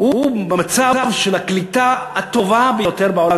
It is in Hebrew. הוא במצב של הקליטה הטובה ביותר בעולם.